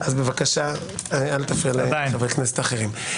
בבקשה אל תפריע לחברי הכנסת האחרים.